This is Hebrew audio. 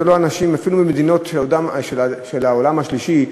אפילו ממדינות של העולם השלישי,